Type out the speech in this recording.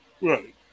Right